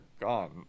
gone